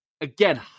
Again